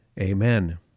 amen